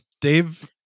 Dave